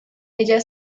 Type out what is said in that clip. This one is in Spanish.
ella